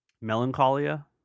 melancholia